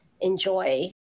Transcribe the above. enjoy